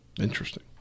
Interesting